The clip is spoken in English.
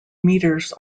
metres